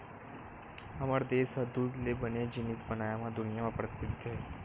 हमर देस ह दूद ले बने जिनिस बनाए म दुनिया म परसिद्ध हे